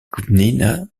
gmina